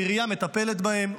והעירייה מטפלת בהם.